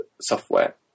software